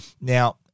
now